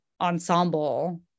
ensemble